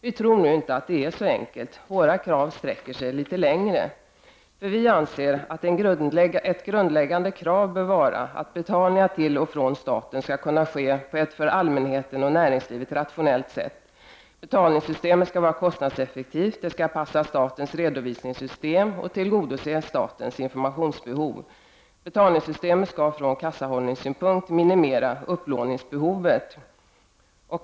Vi tror nu inte att det är riktigt så enkelt. Våra krav sträcker sig litet längre. Vi anser att ett grundläggande krav bör vara att betalningar till och från staten skall kunna ske på ett för allmänheten och näringslivet rationellt sätt. Betalningssystemet skall vara kostnadseffektivt, passa statens redovisningssystem och tillgodose statens informationsbehov. Betalningssystemet skall från kassahållningssynpunkt minimera upplåningsbehovet.